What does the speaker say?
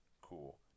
cool